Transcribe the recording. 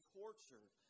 tortured